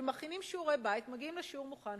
כשמכינים שיעורי בית ומגיעים לשיעור מוכנים,